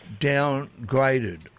downgraded